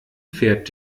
pferd